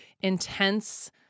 intense